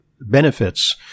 benefits